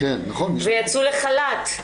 ויצאו לחל"ת.